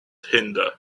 hinder